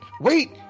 wait